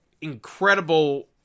incredible